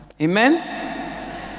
Amen